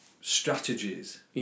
strategies